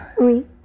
Oui